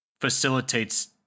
facilitates